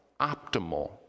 optimal